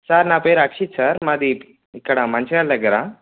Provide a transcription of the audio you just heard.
sir నా పేరు Akshit sir మాది ఇక్కడ మంచిర్యాల దగ్గర